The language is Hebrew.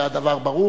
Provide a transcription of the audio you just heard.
והדבר ברוך.